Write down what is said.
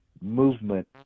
movement